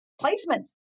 placement